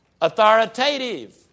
authoritative